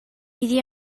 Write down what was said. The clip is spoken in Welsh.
iddi